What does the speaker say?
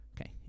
Okay